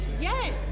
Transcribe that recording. yes